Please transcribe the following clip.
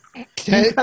Okay